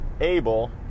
able